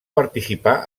participar